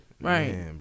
Right